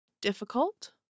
difficult